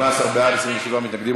18 בעד, 27 מתנגדים.